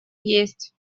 есть